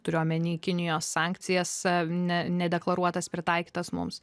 turiu omeny kinijos sankcijas ne nedeklaruotas pritaikytas mums